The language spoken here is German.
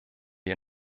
die